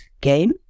game